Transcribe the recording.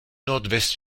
nordwest